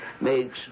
makes